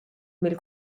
mil